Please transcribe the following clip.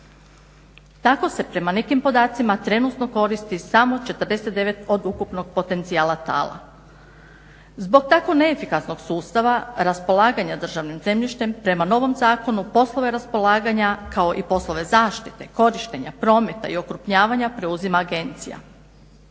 Tako se prema nekim podacima trenutno koristi samo 49 od ukupnog potencijala tala. Zbog tako neefikasnog sustava raspolaganje državnim zemljištem prema novom zakonu poslove raspolaganja kao i poslove zaštite, korištenja, prometa i okrupnjavanja preuzima agencija.